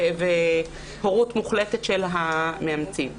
והורות מוחלטת של המאמצים.